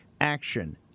Action